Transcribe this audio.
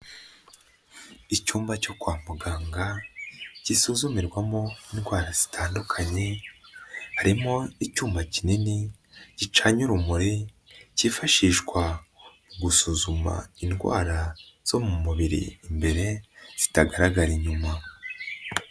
Icyumba cyo kwa muganga, gisuzumirwamo indwara zitandukanye, harimo icyuma kinini gicanye urumuri cyifashishwa mu gusuzuma indwara zo mu mubiri imbere zitagaragara inyuma.